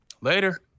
later